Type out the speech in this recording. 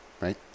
right